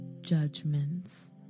judgments